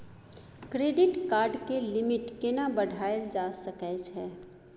Credit card के limit केना बढायल जा सकै छै?